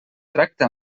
tracta